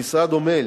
המשרד עמל